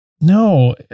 No